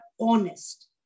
honest